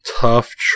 Tough